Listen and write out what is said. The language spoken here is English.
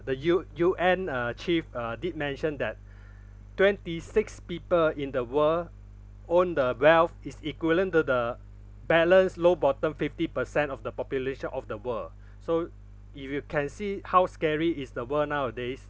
the U U_N uh chief uh did mention that twenty six people in the world own the wealth is equivalent to the balance low bottom fifty per cent of the population of the world so if you can see how scary is the world nowadays